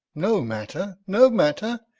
no matter, no matter,